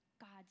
God's